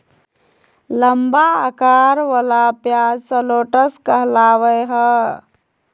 लंबा अकार वला प्याज शलोट्स कहलावय हय